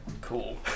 Cool